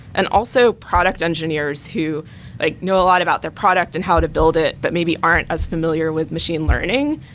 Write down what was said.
and also, product engineers who ah know a lot about their product and how to build it but maybe aren't as familiar with machine learning.